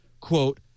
quote